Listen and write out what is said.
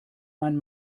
mein